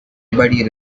everybody